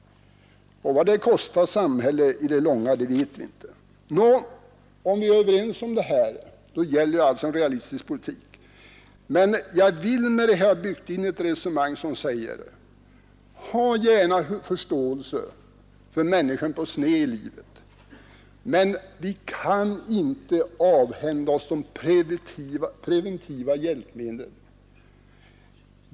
Vad det kostar samhället i det långa loppet det vet vi inte. Är vi överens om detta gäller det att föra en realistisk politik. Jag vill dock här ha byggt in ett resonemang: Ha gärna förståelse för människan på sned i livet. Men vi kan inte avhända oss de preventiva hjälpmedlen.